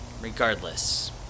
Regardless